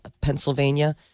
Pennsylvania